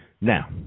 Now